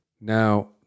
Now